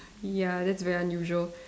ya that's very unusual